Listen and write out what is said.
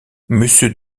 monsieur